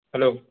hello